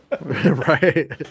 Right